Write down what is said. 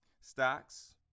stocks